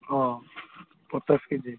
ହଁ ପଚାଶ K G